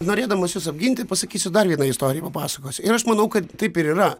norėdamas jus apginti pasakysiu dar vieną istoriją papasakosiu ir aš manau kad taip ir yra